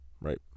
right